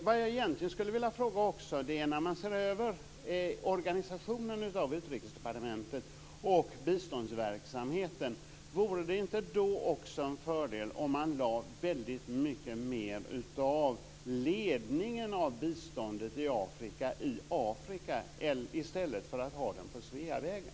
Det jag egentligen också skulle vilja fråga om är: När man ser över organisationen av Utrikesdepartementet och biståndsverksamheten, vore det inte då också en fördel om man lade väldigt mycket mer av ledningen för biståndet till Afrika i Afrika i stället för att ha den på Sveavägen?